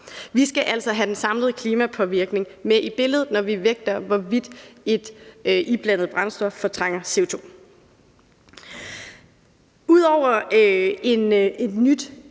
Vi skal altså have den samlede klimapåvirkning med i billedet, når vi vægter, hvorvidt et iblandet brændstof fortrænger CO2. Ud over et nyt